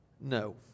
No